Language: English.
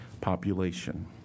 population